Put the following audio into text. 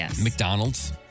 McDonald's